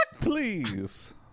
please